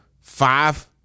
five